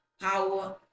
power